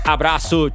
Abraço